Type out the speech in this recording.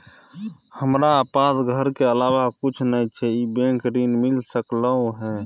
हमरा पास घर के अलावा कुछ नय छै ई बैंक स ऋण मिल सकलउ हैं?